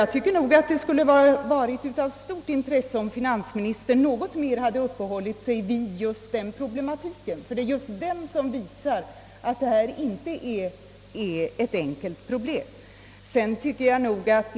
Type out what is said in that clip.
Jag tycker att det hade varit av stort intresse om finansministern hade uppehållit sig vid denna problematik, eftersom det är just den som visar att detta problem inte är enkelt.